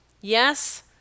yes